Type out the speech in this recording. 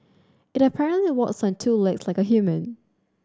it apparently walks on two legs like a human